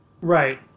Right